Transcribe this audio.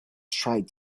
tried